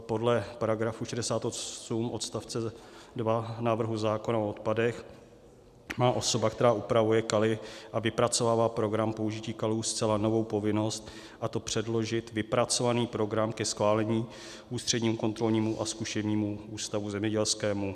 Podle § 68 odst. 2 návrhu zákona o odpadech má osoba, která upravuje kaly a vypracovává program použití kalů, zcela novou povinnost, a to předložit vypracovaný program ke schválení Ústřednímu kontrolnímu a zkušebnímu ústavu zemědělskému.